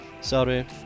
Sorry